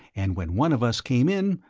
and when one of us came in,